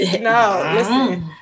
No